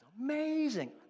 amazing